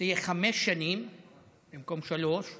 תהיה חמש שנים במקום שלוש שנים.